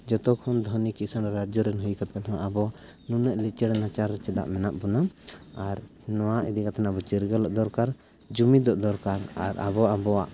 ᱡᱚᱛᱚᱠᱷᱚᱱ ᱫᱷᱚᱱᱤ ᱠᱤᱥᱟᱹᱬ ᱨᱟᱡᱽᱡᱚ ᱨᱮᱱ ᱦᱩᱭ ᱠᱟᱛᱮᱫ ᱦᱚᱸ ᱟᱵᱚ ᱱᱩᱱᱟᱹᱜ ᱞᱤᱪᱟᱹᱲ ᱱᱟᱪᱟᱨ ᱨᱮ ᱪᱮᱫᱟᱜ ᱢᱮᱱᱟᱜ ᱵᱚᱱᱟ ᱟᱨ ᱱᱚᱣᱟ ᱤᱫᱤ ᱠᱟᱛᱮᱫ ᱟᱵᱚ ᱪᱤᱨᱜᱟᱹᱞᱚᱜ ᱫᱚᱨᱠᱟᱨ ᱡᱩᱢᱤᱫᱚᱜ ᱫᱚᱨᱠᱟᱨ ᱟᱨ ᱟᱵᱚ ᱟᱵᱚᱣᱟᱜ